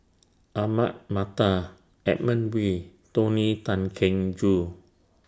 Ahmad Mattar Edmund Wee Tony Tan Keng Joo